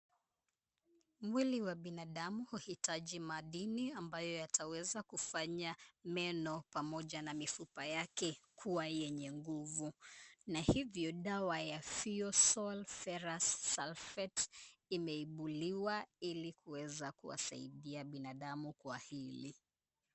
Mwili wa binadamu huhitaji madini, ambayo yataweza kufanya meno pamoja na mifupa yake kuwa yenye nguvu na hivyo dawa ya Feosol ferrous sulfate imeibuliwa ili kuweza kuwasaidia binadamu kwa hili.